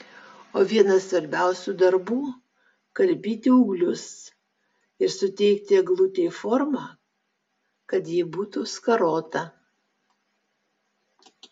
o vienas svarbiausių darbų karpyti ūglius ir suteikti eglutei formą kad ji būtų skarota